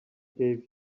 gave